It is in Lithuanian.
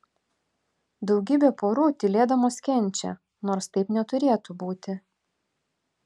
daugybė porų tylėdamos kenčia nors taip neturėtų būti